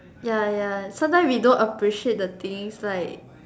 ya ya sometimes we don't appreciate the things like